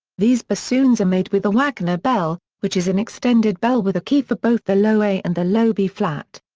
these bassoons are made with a wagner bell, which is an extended bell with a key for both the low a and the low b-flat.